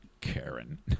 Karen